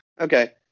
Okay